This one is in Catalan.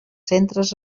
centres